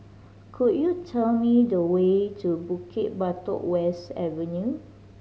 could you tell me the way to Bukit Batok West Avenue